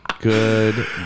Good